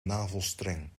navelstreng